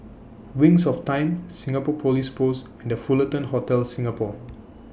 Wings of Time Singapore Police Force and The Fullerton Hotel Singapore